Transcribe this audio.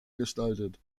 gestaltet